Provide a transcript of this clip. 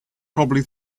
probably